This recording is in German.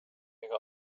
ihre